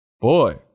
Boy